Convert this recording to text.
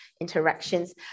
interactions